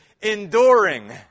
enduring